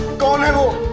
gone and